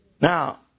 Now